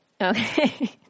Okay